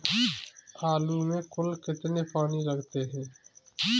आलू में कुल कितने पानी लगते हैं?